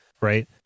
right